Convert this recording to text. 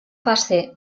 fase